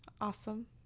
Awesome